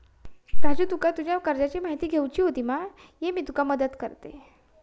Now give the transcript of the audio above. राजू तुका तुज्या कर्जाची म्हायती घेवची होती मा, ये मी तुका मदत करतय